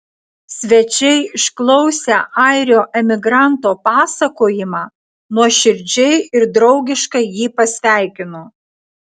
svečiai išklausę airio emigranto pasakojimą nuoširdžiai ir draugiškai jį pasveikino